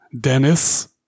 Dennis